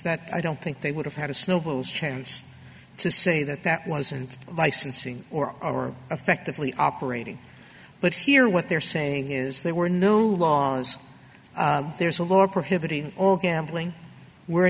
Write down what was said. that i don't think they would have had a snowball's chance to say that that wasn't licensing or effectively operating but here what they're saying is there were no laws there's a law prohibiting all gambling we're